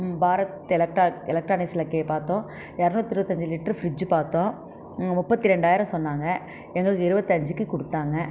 ம் பாரத் எலக்ட்ரான் எலக்ட்ரானிக்ஸில் கே பார்த்தோம் இர்நூத்தி இருவத்தஞ்சு லிட்ரு ஃப்ரிஜ்ஜு பார்த்தோம் முப்பத்தி ரெண்டாயிரம் சொன்னாங்க எங்களுக்கு இருவத்தஞ்சுக்கு கொடுத்தாங்க